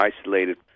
isolated